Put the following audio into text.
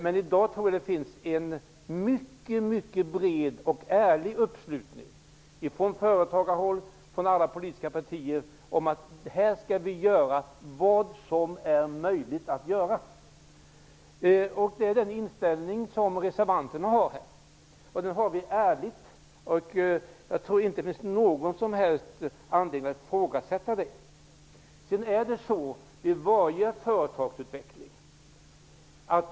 Men i dag tror jag att det finns en mycket bred och ärlig uppslutning från företagarhåll och från alla politiska partier kring tanken att vi här skall göra vad som är möjligt att göra. Den inställningen har reservanterna. Jag tror inte att det finns någon anledning att ifrågasätta denna inställning.